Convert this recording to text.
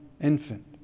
infant